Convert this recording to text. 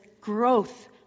growth